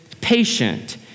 patient